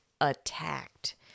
attacked